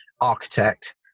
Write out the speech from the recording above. architect